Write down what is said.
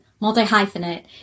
multi-hyphenate